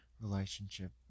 relationship